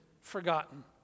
Forgotten